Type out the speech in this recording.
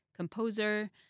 composer